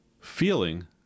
feeling